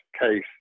case